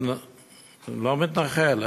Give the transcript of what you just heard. לא מתנחל,